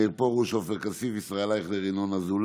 מאיר פרוש, עופר כסיף, ישראל אייכלר, ינון אזולאי,